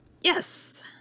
Yes